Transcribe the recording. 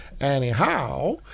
Anyhow